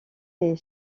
des